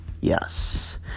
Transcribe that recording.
Yes